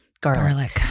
garlic